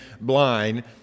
blind